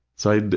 so,